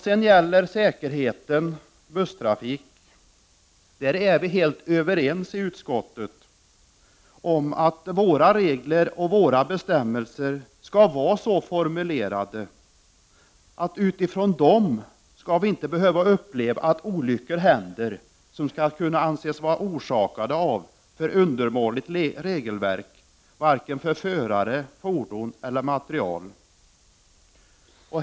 Angående säkerheten i busstrafik är utskottet helt överens om att våra regler och bestämmelser skall vara så formulerade att vi inte skall behöva uppleva olyckor orsakade av alltför undermåligt regelverk för förare, fordon och materiel.